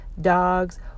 dogs